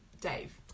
Dave